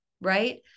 right